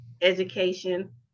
education